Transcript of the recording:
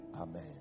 amen